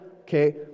okay